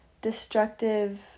destructive